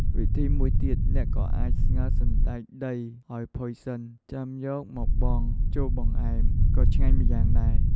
វិធីមួយទៀត អ្នកក៏អាច ស្ងោរសណ្ដែកដីឱ្យផុយសិន ចាំយកមកបង់ចូលបង្អែម ក៏ឆ្ងាញ់ម្យ៉ាងដែរ។